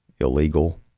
illegal